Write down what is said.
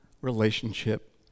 relationship